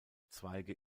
zweige